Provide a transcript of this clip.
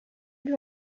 lui